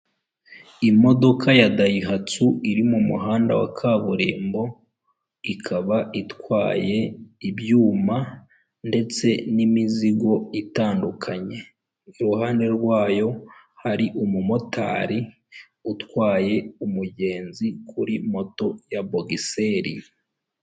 Imodoka ya dayihatsu iri mu muhanda wa kaburimbo, ikaba itwaye ibyuma, ndetse n'imizigo itandukanye, iruhande rwayo, hari umumotari utwaye umugenzi, kuri moto ya bogiseri.